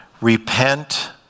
repent